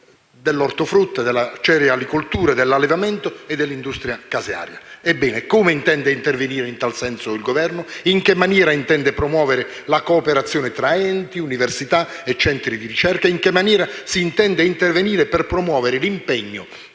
dell'ortofrutta, della cerealicoltura, dell'allevamento e dell'industria casearia. Il Governo come intende intervenire in tal senso? In che maniera intende promuovere la cooperazione tra enti, università e centri di ricerca? In che maniera si intende intervenire per promuovere l'impegno